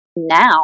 now